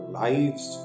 lives